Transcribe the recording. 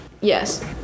Yes